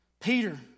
Peter